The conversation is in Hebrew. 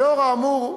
לאור האמור,